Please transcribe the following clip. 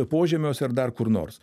požemiuose ar dar kur nors